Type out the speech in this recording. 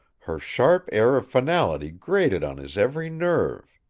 her sharp air of finality grated on his every nerve.